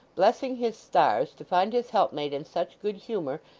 blessing his stars to find his helpmate in such good humour,